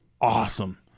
awesome